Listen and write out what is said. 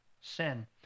sin